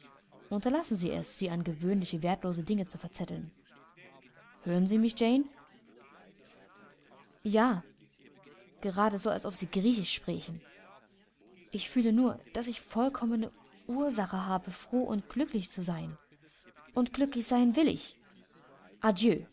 unterlassen sie es sie an gewöhnliche wertlose dinge zu verzetteln hören sie mich jane ja gerade so als ob sie griechisch sprächen ich fühle nur daß ich vollkommene ursache habe froh und glücklich zu sein und glücklich sein will ich